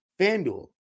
FanDuel